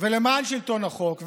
ולמען שלטון החוק,